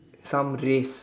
some trees